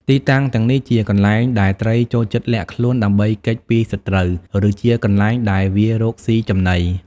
ទីតាំងទាំងនេះជាកន្លែងដែលត្រីចូលចិត្តលាក់ខ្លួនដើម្បីគេចពីសត្រូវ ឬជាកន្លែងដែលវារកស៊ីចំណី។